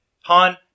Han